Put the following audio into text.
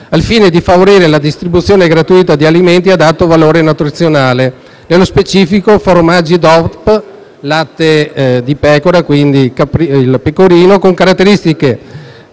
al fine di favorire la distribuzione gratuita di alimenti ad alto valore nutrizionale (nello specifico, formaggi DOP da latte di pecora, quindi il pecorino, con particolari